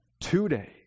today